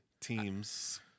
Teams